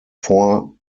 vor